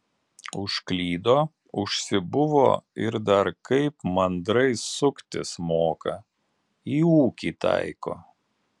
užklydo užsibuvo ir dar kaip mandrai suktis moka į ūkį taiko